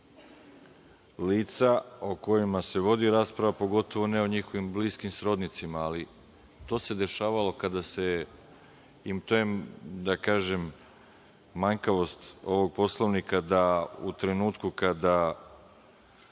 lica o kojima se vodi rasprava, a pogotovo ne o njihovim bliskim srodnicima. To se dešavalo kada se, da kažem, manjkavost ovog Poslovnika da u trenutku kada